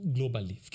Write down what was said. Globally